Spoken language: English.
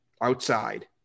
outside